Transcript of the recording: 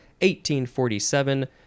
1847